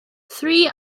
three